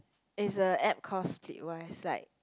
it's a App called Splitwise like